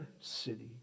city